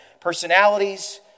personalities